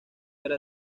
era